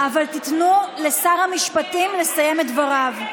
אבל תנו לשר המשפטים לסיים את דבריו.